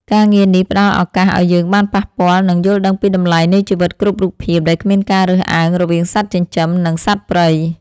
ការងារនេះផ្ដល់ឱកាសឱ្យយើងបានប៉ះពាល់ និងយល់ដឹងពីតម្លៃនៃជីវិតគ្រប់រូបភាពដោយគ្មានការរើសអើងរវាងសត្វចិញ្ចឹម និងសត្វព្រៃ។